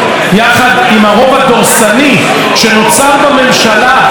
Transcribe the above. יחד עם הרוב הדורסני שנוצר בממשלה,